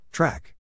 Track